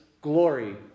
glory